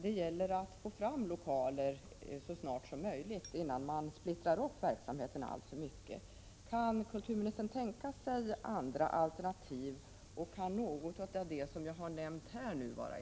Det gäller att få fram lokaler så snart som möjligt, innan man splittrar upp verksamheten alltför mycket. Kan kulturministern tänka sig andra alternativ, och kan i så fall något av de exempel som jag här har nämnt vara intressant?